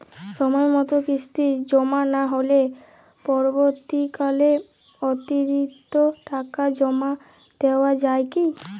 সময় মতো কিস্তি জমা না হলে পরবর্তীকালে অতিরিক্ত টাকা জমা দেওয়া য়ায় কি?